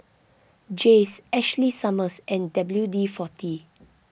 Jays Ashley Summers and W D forty